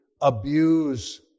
abuse